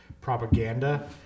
propaganda